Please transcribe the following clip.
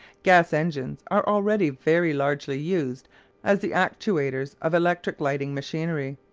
gas-engines are already very largely used as the actuators of electric lighting machinery.